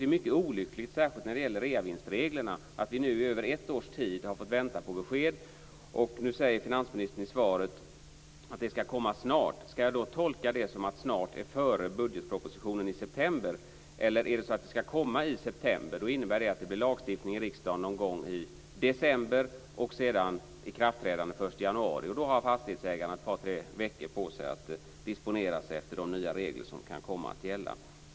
Det är olyckligt att vi nu i över ett års tid har fått vänta på besked, särskilt när det gäller reavinstreglerna. Nu säger finansministern i svaret att ett förslag skall komma snart. Skall jag tolka det som att "snart" är före budgetpropositionen i september? Eller skall förslaget komma i september? Det innebär lagstiftning i riksdagen i december och sedan ikraftträdande den 1 januari. Då har fastighetsägarna ett par tre veckor på sig att disponera efter de nya regler som kan komma att gälla.